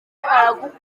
aragukunda